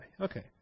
Okay